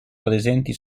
presenti